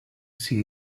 see